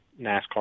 NASCAR